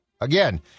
Again